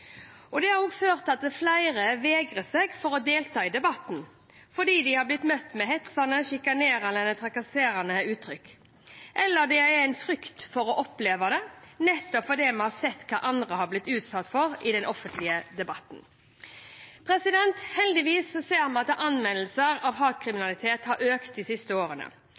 samfunnet. Det har også ført til at flere vegrer seg for å delta i debatten fordi de har blitt møtt med hetsende, sjikanerende eller trakasserende uttrykk, eller de har en frykt for å oppleve det, nettopp fordi de har sett hva andre har blitt utsatt for i den offentlige debatten. Heldigvis ser vi at anmeldelser av hatkriminalitet har økt de siste årene.